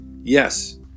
Yes